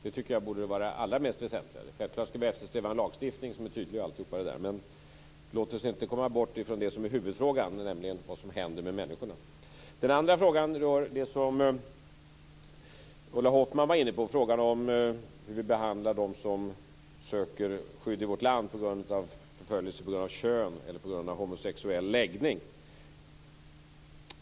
Det tycker jag borde vara det allra mest väsentliga. Självklart skall vi eftersträva en lagstiftning som är tydlig och allt detta. Men låt oss inte komma bort från huvudfrågan, nämligen vad som händer med människorna. Den andra frågan rör det som Ulla Hoffmann var inne på. Det gäller hur vi behandlar dem som söker skydd i vårt land mot förföljelse på grund av kön eller på grund av homosexuell läggning.